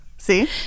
See